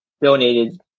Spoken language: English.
donated